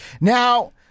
Now